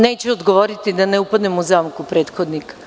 Neću odgovoriti da ne upadnem u zamku prethodnika.